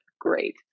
great